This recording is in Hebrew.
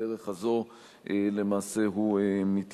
ובדרך הזאת למעשה הוא מתייתר.